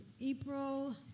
april